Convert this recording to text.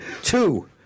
Two